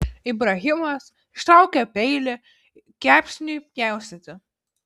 ibrahimas ištraukė peilį kepsniui pjaustyti